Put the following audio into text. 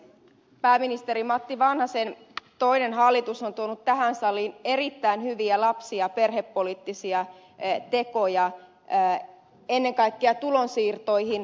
pääministeri matti vanhasen toinen hallitus on tuonut tähän saliin erittäin hyviä lapsi ja perhepoliittisia tekoja ennen kaikkea tulonsiirtoihin